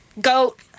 Goat